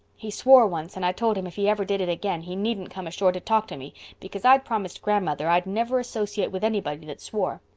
he swore once and i told him if he ever did it again he needn't come ashore to talk to me because i'd promised grandmother i'd never associate with anybody that swore.